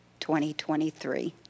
2023